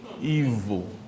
Evil